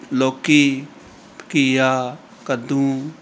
ਲੋਕੀ ਘੀਆ ਕੱਦੂ